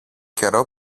καιρό